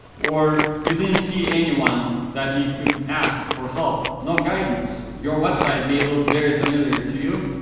or you didn't see anyone that you could ask for help. no guidance. your website may look very familiar to you,